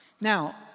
Now